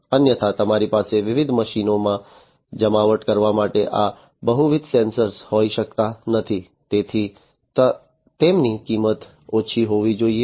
અન્યથા તમારી પાસે વિવિધ મશીનોમાં જમાવટ કરવા માટે આવા બહુવિધ સેન્સર હોઈ શકતા નથી તેથી તેમની કિંમત ઓછી હોવી જોઈએ